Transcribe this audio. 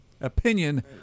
opinion